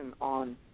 on